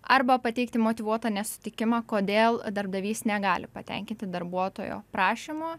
arba pateikti motyvuotą nesutikimą kodėl darbdavys negali patenkinti darbuotojo prašymo